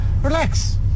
relax